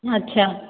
अच्छा